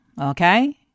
Okay